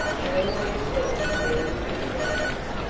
i always thought the girls disliked me,